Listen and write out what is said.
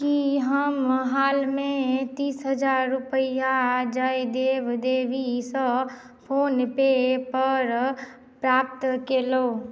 कि हम हालमे तीस हजार रुपया जयदेव देवी सँ फोन पे पर प्राप्त केलहुँ